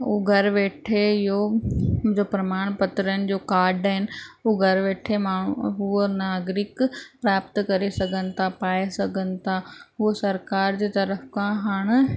उहो घर वेठे इहो मुंहिंजो प्रमाण पत्रनि जो काड आहिनि हू घर वेठे माण्हू हूअं नागरिक प्राप्त करे सघनि था पाए सघनि था उहो सरकारि जे तर्फ़ु खां हाणे